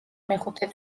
მეხუთე